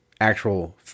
actual